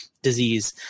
disease